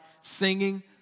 singing